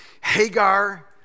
Hagar